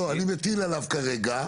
לא, אני מטיל עליו כרגע.